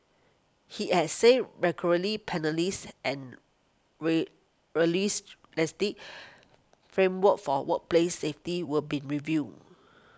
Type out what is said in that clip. he had said and ray framework for workplace safety were being reviewed